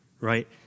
right